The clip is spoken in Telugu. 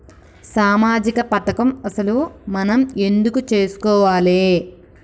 సామాజిక పథకం అసలు మనం ఎందుకు చేస్కోవాలే?